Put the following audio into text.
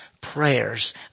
prayers